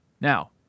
Now